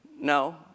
No